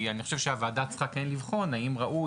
אני חושב שהוועדה כן צריכה לבחון האם ראוי